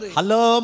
Hello